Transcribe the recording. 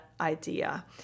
idea